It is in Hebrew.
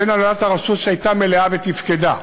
בין הנהלת הרשות שהייתה מלאה ותפקדה